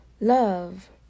love